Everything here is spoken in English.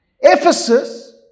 Ephesus